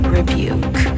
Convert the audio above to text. Rebuke